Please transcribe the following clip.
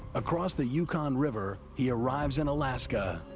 across the yukon river, he arrives in alaska.